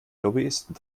lobbyisten